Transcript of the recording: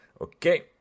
Okay